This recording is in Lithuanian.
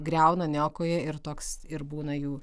griauna niokoja ir toks ir būna jų